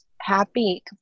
happy